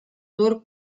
turg